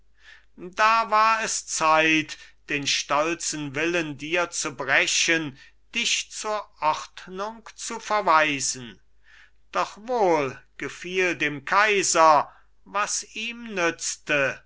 da war es zeit den stolzen willen dir zu brechen dich zur ordnung zu verweisen doch wohl gefiel dem kaiser was ihm nützte